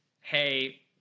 hey